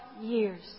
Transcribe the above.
years